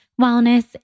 wellness